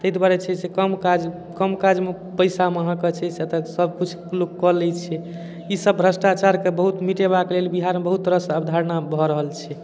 तै दुआरे छै से कम काज कम काजमे पैसामे अहाँके छै से अतय सब किछु लोकके लै छै ई सब भ्रष्टाचारके बहुत मिटेबाक लेल बिहारमे बहुत तरहसँ अवधारणा भए रहल छै